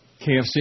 KFC